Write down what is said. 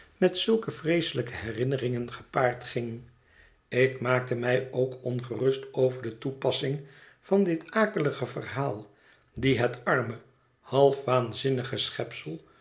met zulke vreeselijke herinneringen gepaard ging ik maakte mij ook ongerust over de toepassing van dit akelige verhaal die het arme half waanzinnige